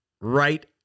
right